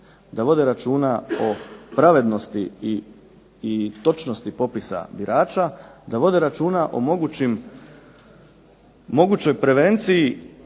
da vode računa o pravednosti i točnosti popisa birača, da vode računa o mogućoj prevenciji